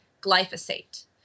glyphosate